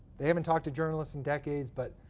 they haven't talked to journalists in decades. but